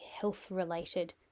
health-related